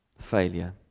failure